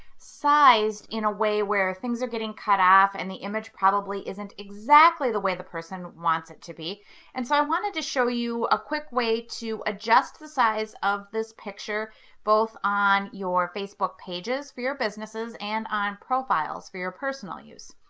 size in a way where things are getting cut off and the image probably isn't exactly the way the person wants it to be. and so i wanted to show you a quick way to adjust the size of this picture both on your facebook pages for your businesses, and on profiles for your personal use.